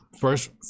First